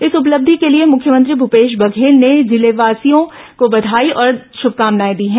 इस उपलब्धि को लिए मुख्यमंत्री भूपेश बघेल ने जिलेवासियों को बघाई और शुभकामनाएं दी हैं